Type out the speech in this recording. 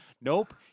Nope